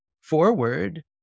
forward